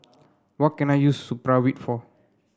what can I use Supravit for